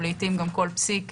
ולעיתים גם כל פסיק,